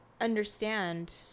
understand